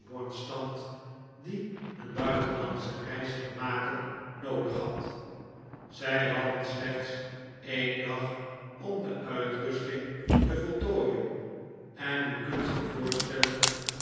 die een buitenlandsche reis ging maken noodig had zij hadden slechts een dag om de uitrusting te voltooien en u kunt zich voorstellen